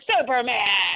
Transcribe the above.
Superman